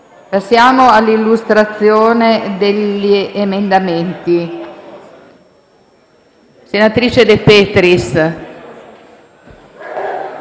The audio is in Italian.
Signor Presidente, gli emendamenti all'articolo 1, come ho poc'anzi tentato